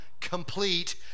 complete